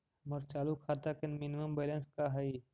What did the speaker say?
हमर चालू खाता के मिनिमम बैलेंस का हई?